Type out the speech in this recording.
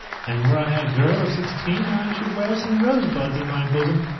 and were i a girl of sixteen i should wear some rosebuds in my bosom,